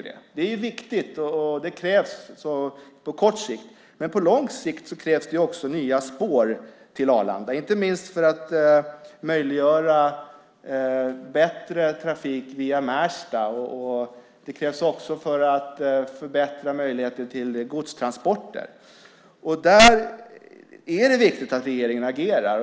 Det är viktigt, och det krävs på kort sikt, men på lång sikt krävs det också nya spår till Arlanda, inte minst för att möjliggöra bättre trafik via Märsta. Det krävs också för att förbättra möjligheterna till godstransporter. Där är det viktigt att regeringen agerar.